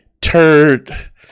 Turd